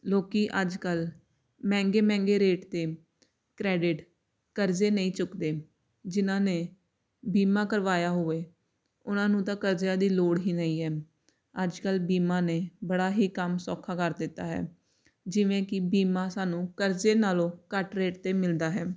ਲੋਕ ਅੱਜ ਕੱਲ੍ਹ ਮਹਿੰਗੇ ਮਹਿੰਗੇ ਰੇਟ 'ਤੇ ਕਰੈਡਿਟ ਕਰਜ਼ੇ ਨਹੀਂ ਚੁੱਕਦੇ ਜਿਹਨਾਂ ਨੇ ਬੀਮਾ ਕਰਵਾਇਆ ਹੋਵੇ ਉਹਨਾਂ ਨੂੰ ਤਾਂ ਕਰਜ਼ਿਆਂ ਦੀ ਲੋੜ ਹੀ ਨਹੀਂ ਹੈ ਅੱਜ ਕੱਲ੍ਹ ਬੀਮਾ ਨੇ ਬੜਾ ਹੀ ਕੰਮ ਸੌਖਾ ਕਰ ਦਿੱਤਾ ਹੈ ਜਿਵੇਂ ਕਿ ਬੀਮਾ ਸਾਨੂੰ ਕਰਜ਼ੇ ਨਾਲੋਂ ਘੱਟ ਰੇਟ 'ਤੇ ਮਿਲਦਾ ਹੈ